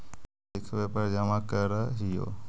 तरिखवे पर जमा करहिओ?